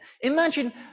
Imagine